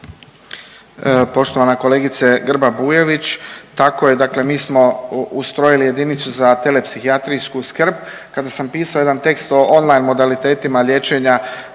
Poštovana kolegice Grba Bujević, tako je dakle mi smo ustrojili jedinicu za telepsihijatrijsku skrb. Kada sam pisao jedan tekst o online modalitetima liječenja